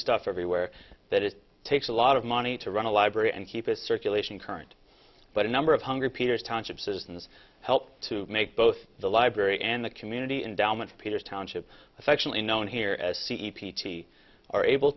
stuff everywhere that it takes a lot of money to run a library and keep a circulation current but a number of hungry peters township citizens help to make both the library and the community endowments peters township affectionately known here as c e p t are able